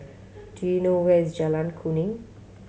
do you know where is Jalan Kuning